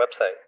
website